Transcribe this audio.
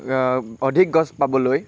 অধিক গছ পাবলৈ